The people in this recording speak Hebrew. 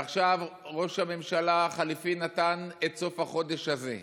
עכשיו ראש הממשלה החליפי נתן את סוף החודש הזה.